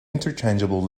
interchangeable